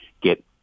get